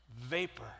vapor